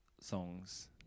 songs